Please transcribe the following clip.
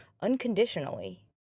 unconditionally